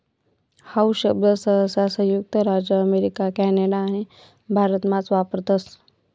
how शब्द सहसा संयुक्त राज्य अमेरिका कॅनडा आणि भारतमाच वापरतस